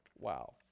Wow